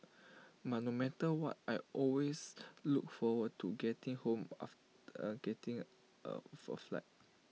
but no matter what I always look forward to getting home after getting off A flight